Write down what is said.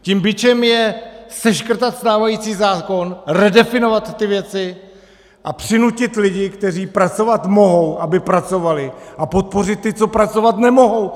Tím bičem je seškrtat stávající zákon, redefinovat ty věci a přinutit lidi, kteří pracovat mohou, aby pracovali, a podpořit ty, co pracovat nemohou.